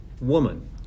woman